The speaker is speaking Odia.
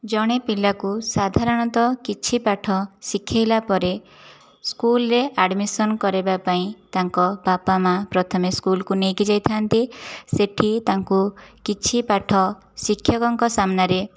ଜଣେ ପିଲାକୁ ସାଧାରଣତଃ କିଛି ପାଠ ଶିଖାଇଲା ପରେ ସ୍କୁଲରେ ଆଡ଼ମିସନ କରିବା ପାଇଁ ତାଙ୍କ ବାପା ମାଆ ପ୍ରଥମେ ସ୍କୁଲକୁ ନେଇକି ଯାଇଥା'ନ୍ତି ସେ'ଠି ତାଙ୍କୁ କିଛି ପାଠ ଶିକ୍ଷକଙ୍କ ସାମ୍ନାରେ